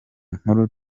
nkuru